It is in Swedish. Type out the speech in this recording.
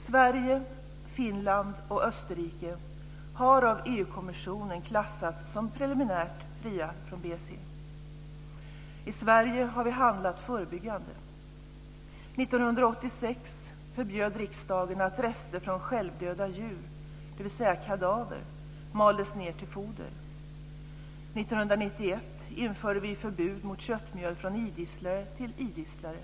Sverige, Finland och Österrike har av EU-kommissionen klassats som preliminärt fria från BSE. I Sverige har vi handlat förebyggande. 1986 förbjöd riksdagen att rester från självdöda djur, dvs. kadaver, maldes ned till foder. 1991 införde vi förbud mot köttmjöl från idisslare till idisslare.